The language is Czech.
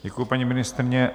Děkuji, paní ministryně.